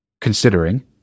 considering